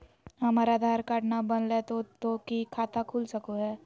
हमर आधार कार्ड न बनलै तो तो की खाता खुल सको है?